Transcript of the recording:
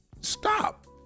stop